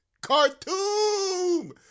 Cartoon